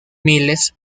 miles